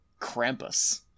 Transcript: Krampus